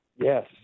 Yes